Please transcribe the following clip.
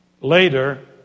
Later